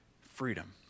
freedom